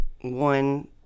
one